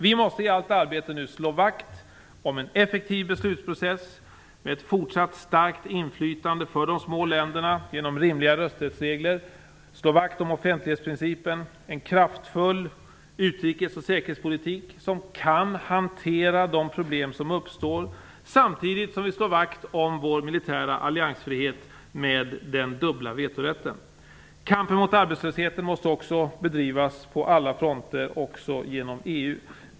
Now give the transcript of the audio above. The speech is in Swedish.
Vi måste i allt arbete slå vakt om en effektiv beslutsprocess, om ett fortsatt starkt inflytande för de små länderna genom rimliga rösträttsregler, om offentlighetsprincipen och om en kraftfull utrikes och säkerhetspolitik som kan hantera de problem som uppstår, samtidigt som vi slår vakt om vår militära alliansfrihet med den dubbla vetorätten. Kampen mot arbetslösheten måste bedrivas på alla fronter - också genom EU.